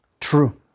True